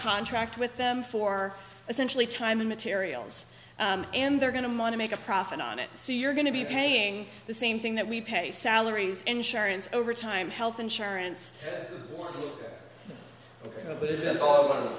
contract with them for essentially time and materials and they're going to money make a profit on it so you're going to be paying the same thing that we pay salaries insurance overtime health insurance